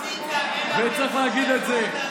וצריך להגיד את זה.